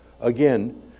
again